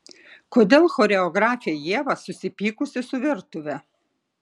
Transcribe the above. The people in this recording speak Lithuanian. kodėl choreografė ieva susipykusi su virtuve